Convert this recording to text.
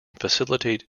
facilitate